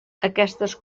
aquestes